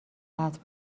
قطع